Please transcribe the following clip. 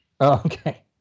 okay